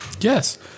Yes